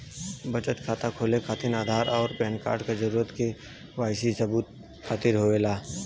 बचत खाता खोले खातिर आधार और पैनकार्ड क जरूरत के वाइ सी सबूत खातिर होवेला